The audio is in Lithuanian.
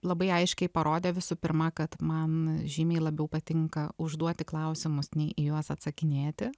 labai aiškiai parodė visų pirma kad man žymiai labiau patinka užduoti klausimus nei į juos atsakinėti